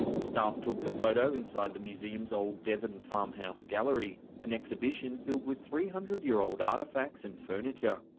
staff took the photo inside the museum's old devon farmhouse gallery, an exhibition filled with three hundred year old artifacts and furniture.